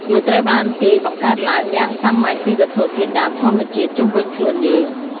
វាត្រូវបានគេបង្កើតឡើងយ៉ាងសាមញ្ញពីវត្ថុធាតុដើមធម្មជាតិជុំវិញខ្លួនយើង។